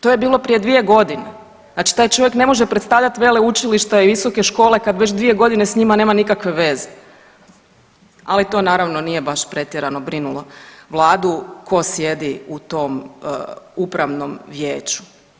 To je bilo prije 2.g., znači taj čovjek ne može predstavljat veleučilišta i visoke škole kad već 2.g. s njima nema nikakve veze, ali to naravno nije baš pretjerano brinulo vladu ko sjedi u tom upravnom vijeću.